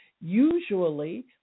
usually